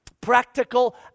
practical